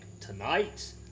tonight